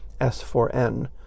S4N